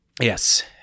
Yes